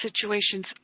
situations